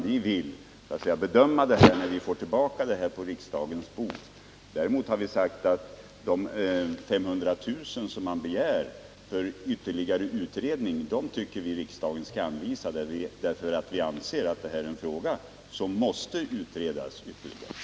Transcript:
Vi vill bedöma den frågan när vi får tillbaka ärendet på riksdagens bord. Däremot har vi sagt att vi tycker att riksdagen bör anvisa de 500 000 kr. som man begär för ytterligare utredning. Vi anser nämligen att det här är en fråga som måste utredas ytterligare.